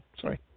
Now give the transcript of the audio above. Sorry